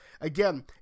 again